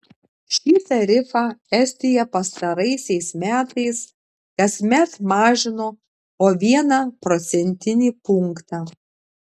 šį tarifą estija pastaraisiais metais kasmet mažino po vieną procentinį punktą